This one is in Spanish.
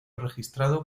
registrado